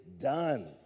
done